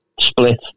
split